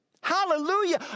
Hallelujah